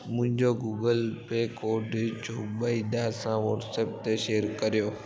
मुंहिंजो Google Pay code Jobaida सां WhatsApp ते शेयर करियो